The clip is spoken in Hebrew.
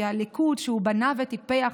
כי הליכוד שהוא בנה וטיפח